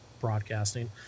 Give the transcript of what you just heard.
Broadcasting